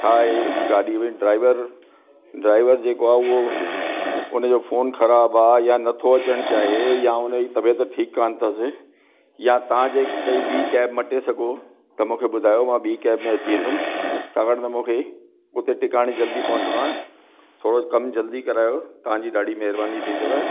छा आहे गाॾीअ में ड्राइवर ड्राइवर जेको आहे उहो उनजो फोन ख़राबु आ्हे या नथो अचण चाहे या हुन जी तबीअत ठीकु कोन अथसि या तव्हांजे काई ॿी कैब मटे सघो त मूंखे ॿुधायो मां ॿी कैब में अची वेंदुमि छाकाणि त मूंखे हुते टिकाणे जल्दी पहुचणो आहे थोरो कमु जल्दी करायो तव्हांजी ॾाढी महिरबानी थींदव